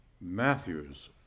Matthew's